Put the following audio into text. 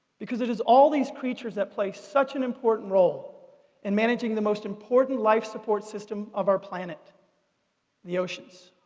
because it is all these creatures that play such an important role in managing the most important life-support system of our planet the oceans.